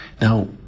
now